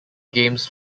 games